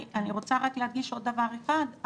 אני רוצה להדגיש עוד דבר אחד.